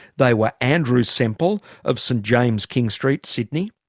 they were andrew sempell, of st james' king st sydney,